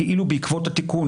כאילו בעקבות התיקון,